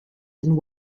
and